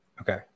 Okay